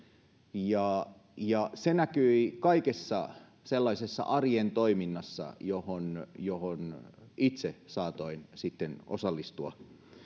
ja ja se näkyi kaikessa sellaisessa arjen toiminnassa johon johon itse saatoin sitten osallistua